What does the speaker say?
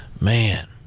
man